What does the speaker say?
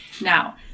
now